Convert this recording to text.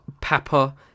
Papa